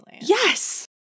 Yes